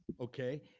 Okay